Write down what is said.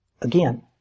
Again